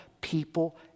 people